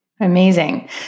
Amazing